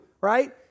right